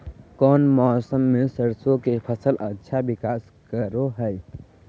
कौन मौसम मैं सरसों के फसल अच्छा विकास करो हय?